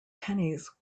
pennies